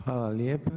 Hvala lijepa.